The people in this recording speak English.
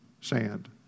sand